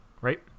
right